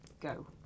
go